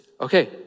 okay